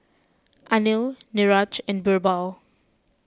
Anil Niraj and Birbal